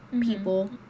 people